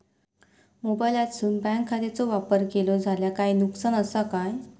मोबाईलातसून बँक खात्याचो वापर केलो जाल्या काय नुकसान असा काय?